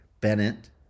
Bennett